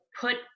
put